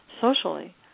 socially